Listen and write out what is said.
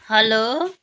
hello